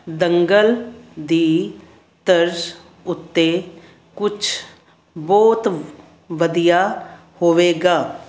ਦੰਗਲ ਦੀ ਤਰਜ਼ ਉੱਤੇ ਕੁਛ ਬਹੁਤ ਵਧੀਆ ਹੋਵੇਗਾ